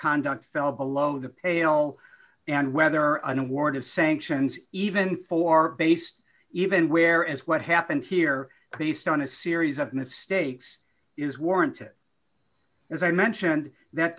conduct fell below the pail and whether an award of sanctions even for based even where is what happened here based on a series of mistakes is warrant it as i mentioned that